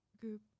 group